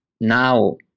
now